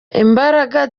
imbaraga